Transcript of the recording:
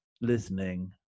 listening